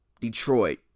Detroit